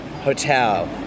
hotel